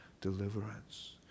deliverance